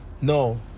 No